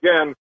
again